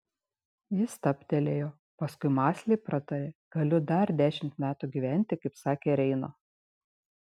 ji stabtelėjo paskui mąsliai pratarė galiu dar dešimt metų gyventi kaip sakė reino